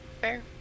Fair